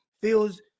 feels